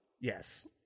Yes